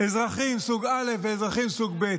אזרחים סוג א' ואזרחים סוג ב'.